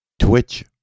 Twitch